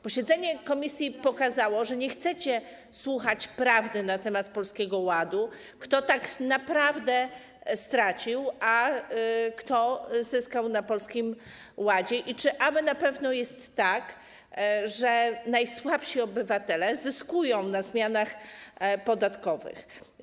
Posiedzenie komisji pokazało, że nie chcecie słuchać prawdy na temat Polskiego Ładu, na temat tego, kto tak naprawdę stracił, a kto zyskał na Polskim Ładzie i czy aby na pewno jest tak, że najsłabsi obywatele zyskują na zmianach podatkowych.